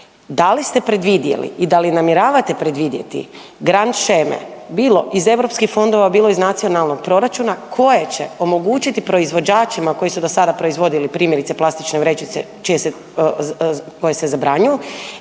da li ste predvidjeli i da li namjeravate predvidjeti grant sheme bilo iz EU fondova, bilo iz nacionalnog proračuna, koje će omogućiti proizvođačima koji su do sada proizvodili primjerice, plastične vrećice koje se zabranjuju,